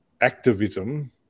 activism